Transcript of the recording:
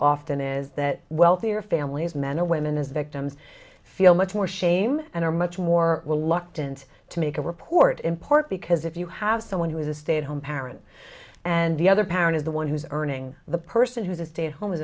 often is that wealthier families men or women as victims feel much more shame and are much more reluctant to make a report in part because if you have someone who is a stay at home parent and the other parent is the one who's earning the person who's a stay at home is